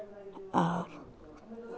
और